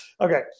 okay